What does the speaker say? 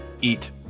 eat